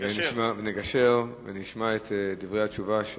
נשמע את התגובה של